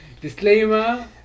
Disclaimer